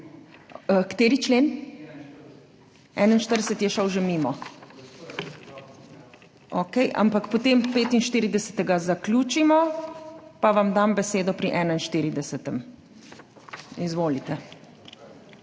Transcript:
kateri člen? 41. člen? 41. člen je šel že mimo. Okej, ampak potem 45. Zaključimo pa vam dam besedo pri 41. Izvolite.